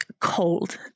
cold